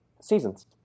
seasons